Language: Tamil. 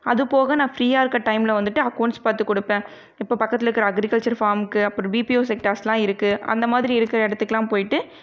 அதுபோக நான் ஃபிரியாக இருக்க டைம்ல வந்துட்டு அக்கோன்ஸ் பார்த்து கொடுப்பன் இப்போ பக்கத்திலருக்க அக்ரிகல்ச்சர் ஃபாம்க்கு அப்புறோம் பிபிஓ செக்டார்ஸ்லாம் இருக்குது அந்தமாதிரி இருக்கிற இடத்துக்குலான் போயிட்டு